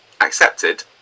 accepted